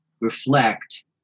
reflect